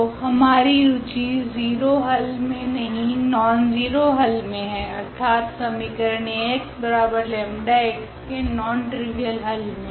तो हमारी रुचि 0 हल मे नहीं नॉनज़ीरो हल मे है अर्थात समीकरण Ax 𝜆x के नॉन ट्रिवियल हल मे